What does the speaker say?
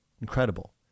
Incredible